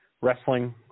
Wrestling